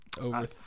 over